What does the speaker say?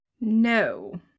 No